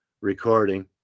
recording